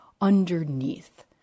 underneath